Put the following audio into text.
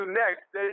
next